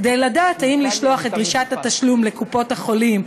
כדי לדעת אם לשלוח את דרישת התשלום לקופת-החולים,